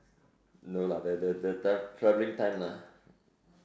no lah the the the traveling time lah